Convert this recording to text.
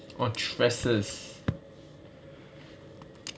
oh tresses